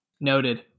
Noted